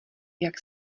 jak